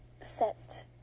set